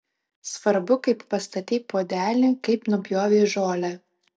svarbu kaip pastatei puodelį kaip nupjovei žolę